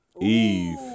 Eve